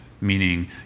meaning